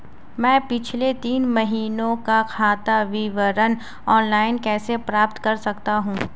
मैं पिछले तीन महीनों का खाता विवरण ऑनलाइन कैसे प्राप्त कर सकता हूं?